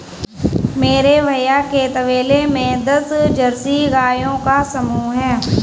मेरे भैया के तबेले में दस जर्सी गायों का समूह हैं